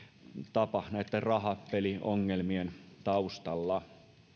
tapa rahapeliongelmien taustalla